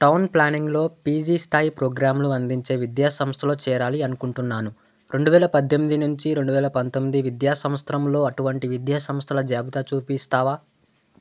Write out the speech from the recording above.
town ప్లానింగ్లో PG స్థాయి ప్రోగ్రాంలు అందించే విద్యా సంస్థలో చేరాలి అనుకుంటున్నాను రెండు వేల పద్దెనిమిది నుంచి రెండు వేల పంతొమ్మిది విద్యా సంవత్సరంలో అటువంటి విద్యా సంస్థల జాబితా చూపిస్తావా